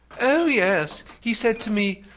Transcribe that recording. oh, yes! he said to me,